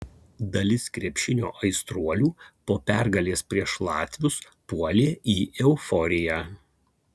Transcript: dalis krepšinio aistruolių po pergalės prieš latvius puolė į euforiją